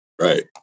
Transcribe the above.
right